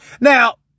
Now